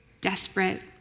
desperate